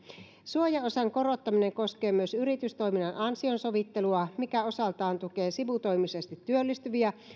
suojaosan korottaminen koskee myös yritystoiminnan ansion sovittelua mikä osaltaan tukee sivutoimisesti työllistyviä